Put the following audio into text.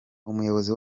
umuyobozi